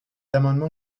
amendement